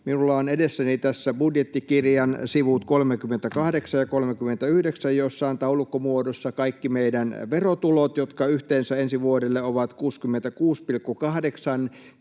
Minulla on edessäni tässä budjettikirjan sivut 38 ja 39, joissa on taulukkomuodossa kaikki meidän verotulot, jotka yhteensä ensi vuodelle ovat 66,8